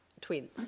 twins